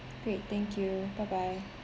great thank you bye bye